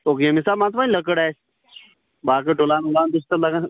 ییٚمہِ حِسابہٕ مان ژٕ وَن لٔکٕر آسہِ باقٕے ڈلان وُلان بیٚیہِ چھِ تتھ لگان